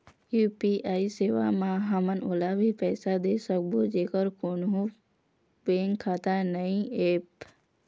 UPI सेवा म हमन ओला भी पैसा दे सकबो जेकर कोन्हो बैंक खाता नई ऐप?